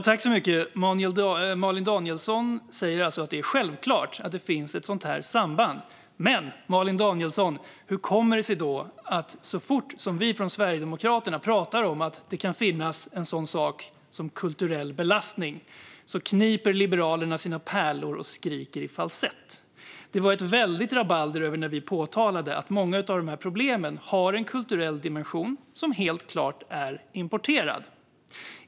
Fru talman! Malin Danielsson säger alltså att det är självklart att det finns ett sådant samband. Men hur kommer det sig då att så fort vi från Sverigedemokraterna talar om att det kan finnas något som kulturell belastning kniper Liberalerna sina pärlor och skriker i falsett. Det blev ett väldigt rabalder när vi påtalade att många av dessa problem har en kulturell dimension som helt klart är importerad.